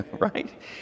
right